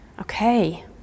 Okay